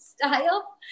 style